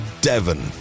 devon